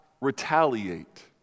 retaliate